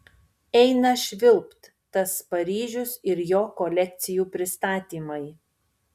eina švilpt tas paryžius ir jo kolekcijų pristatymai